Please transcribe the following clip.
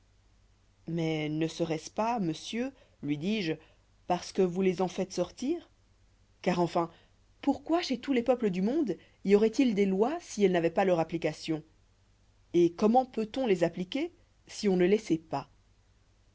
mais ne seroit-ce pas monsieur lui dis-je parce que vous les en faites sortir car enfin pourquoi chez tous les peuples du monde y auroit il des lois si elles n'avoient pas leur application et comment peut-on les appliquer si on ne les sait pas